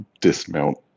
dismount